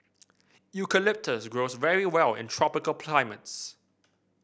eucalyptus grows very well in tropical climates